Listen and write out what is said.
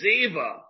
Ziva